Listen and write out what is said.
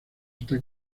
está